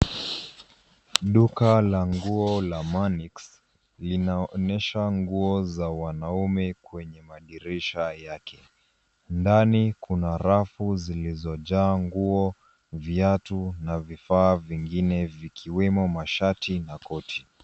Duka la nguo la Manix linaonyesha nguo za wanaume kweye madirisha yake. Ndani kuna rafu zilizojaa nguo, viatu na vifaa vingine vikiwemo mashati na koti.